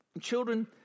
Children